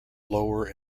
lower